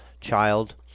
child